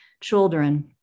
children